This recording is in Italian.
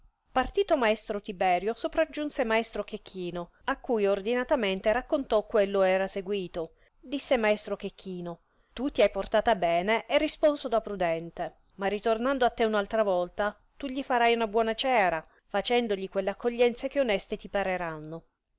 partito maestro tiberio sopraggiunse maestro chechino a cui ordinatamente raccontò quello era seguito disse maestro chechino tu ti hai portata bene e risposo da prudente ma ritornando a te un altra volta tu gli farai buona ciera facendogli quelle accoglienze che oneste ti pareranno e